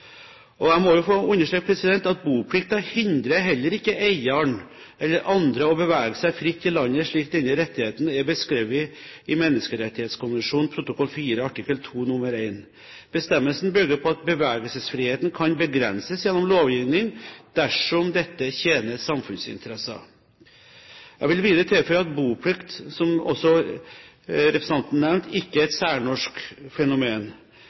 Jeg må få understreke at boplikten hindrer heller ikke eieren eller andre å bevege seg fritt i landet, slik denne rettigheten er beskrevet i menneskerettighetskonvensjonen, protokoll 4 artikkel 2 nr. 1. Bestemmelsen bygger på at bevegelsesfriheten kan begrenses gjennom lovgivning dersom dette tjener samfunnsinteresser. Jeg vil videre tilføye at boplikt, som også representanten nevnte, ikke er et særnorsk fenomen.